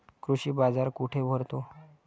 कृषी बाजार कुठे भरतो?